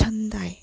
छंद आहे